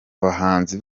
bahanzi